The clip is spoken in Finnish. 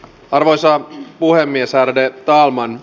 arvoisa puhemies ärade talman